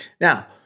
Now